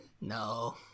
No